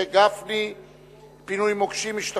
הוגדר על-ידי משרדך כחיוני לחוסן מקומי ולאומי בשעת משבר.